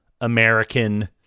American